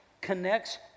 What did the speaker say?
connects